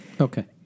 Okay